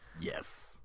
Yes